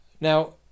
now